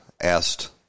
asked